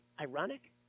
Ironic